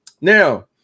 Now